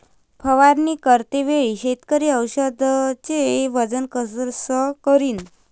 फवारणी करते वेळी शेतकरी औषधचे वजन कस करीन?